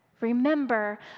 Remember